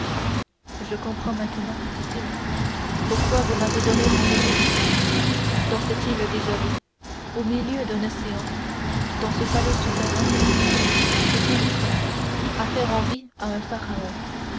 je comprends maintenant dit-il pourquoi vous m'avez donné rendez-vous ici dans cette île désolée au milieu d'un océan dans ce palais souterrain sépulcre à faire envie à un